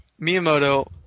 Miyamoto